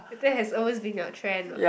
that has always been your trend what